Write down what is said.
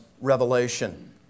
revelation